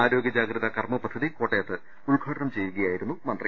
ആരോഗ്യ ജാഗ്രതാ കർമ്മ പദ്ധതി കോട്ടയത്ത് ഉദ്ഘാടനം ചെയ്യുകയായി രുന്നു മന്ത്രി